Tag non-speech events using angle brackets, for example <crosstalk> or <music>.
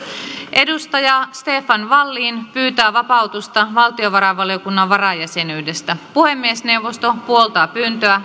stefan wallin pyytää vapautusta valtiovarainvaliokunnan varajäsenyydestä puhemiesneuvosto puoltaa pyyntöä <unintelligible>